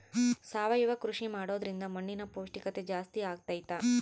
ಸಾವಯವ ಕೃಷಿ ಮಾಡೋದ್ರಿಂದ ಮಣ್ಣಿನ ಪೌಷ್ಠಿಕತೆ ಜಾಸ್ತಿ ಆಗ್ತೈತಾ?